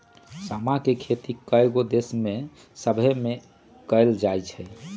समा के खेती कयगो देश सभमें कएल जाइ छइ